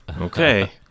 Okay